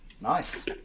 Nice